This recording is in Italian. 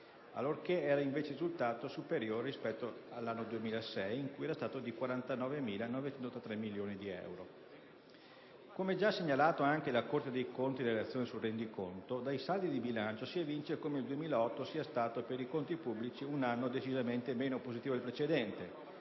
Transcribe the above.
allorché era invece risultato superiore rispetto all'anno 2006 in cui era stato di 49.983 milioni di euro. Come ha segnalato anche la Corte dei conti nella relazione sul rendiconto, dai saldi di bilancio si evince come il 2008 sia stato per i conti pubblici un anno decisamente meno positivo del precedente,